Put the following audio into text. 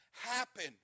happen